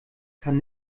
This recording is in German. kann